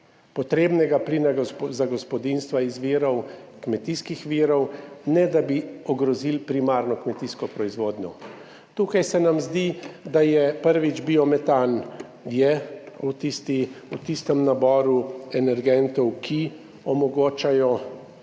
potrebnega plina za gospodinjstva iz kmetijskih virov, ne da bi ogrozili primarno kmetijsko proizvodnjo. Tukaj se nam zdi, da je, prvič, biometan v tistem naboru energentov, ki omogočajo